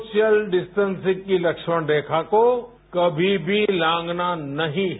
social distancing की लक्ष्मण रेखा को कभी भी लांघना नहीं है